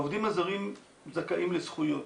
העובדים הזרים זכאים לזכויות.